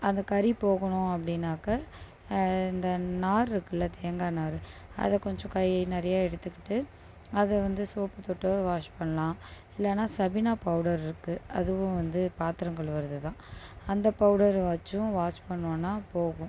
அந்த கரி போகணும் அப்படின்னாக்க இந்த நார் இருக்குல்ல தேங்காய் நார் அதை கொஞ்சம் கை நிறைய எடுத்துக்கிட்டு அதை வந்து சோப்பு தொட்டோ வாஷ் பண்ணலாம் இல்லைன்னா சபினா பவுடர் இருக்குது அதுவும் வந்து பாத்திரம் கழுவுறது தான் அந்த பவுடர் வச்சும் வாஷ் பண்ணோன்னால் போகும்